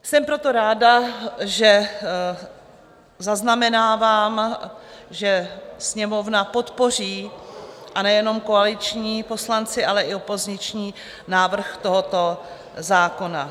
Jsem proto ráda, že zaznamenávám, že Sněmovna podpoří, a nejenom koaliční poslanci, ale i opoziční, návrh tohoto zákona.